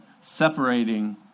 separating